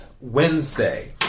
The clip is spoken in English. Wednesday